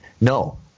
No